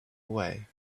away